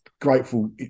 grateful